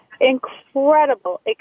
incredible